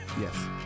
Yes